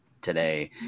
today